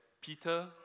Peter